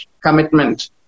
commitment